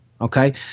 okay